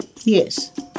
Yes